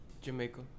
Jamaica